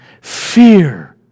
fear